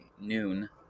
noon